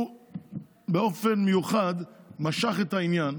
הוא באופן מיוחד משך את העניין